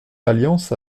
alliance